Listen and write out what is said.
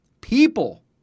people